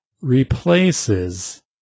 replaces